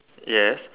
yes